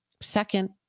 Second